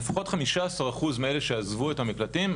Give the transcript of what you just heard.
שלפחות 15% מאלה שעזבו את המקלטים,